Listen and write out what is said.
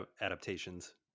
adaptations